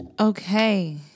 okay